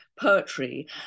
poetry